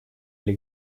или